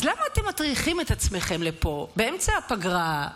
אז למה אתם מטריחים את עצמכם לפה באמצע הפגרה,